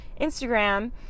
Instagram